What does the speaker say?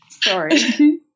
sorry